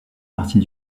partie